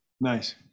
Nice